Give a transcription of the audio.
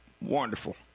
Wonderful